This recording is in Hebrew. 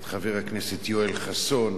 את חבר הכנסת יואל חסון,